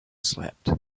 slept